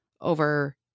over